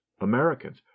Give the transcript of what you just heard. americans